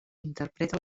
interpreta